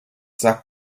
sagt